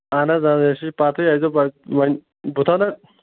اہن حظ اَسہِ چھِ پَتہٕ ہٕے اَسہِ دوٚپ وۄنۍ وۄنۍ بہٕ تھاو نہ